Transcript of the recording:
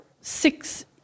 six